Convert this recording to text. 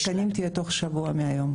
כן, הקצאת התקנים תהיה תוך שבוע מהיום,